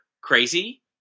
crazy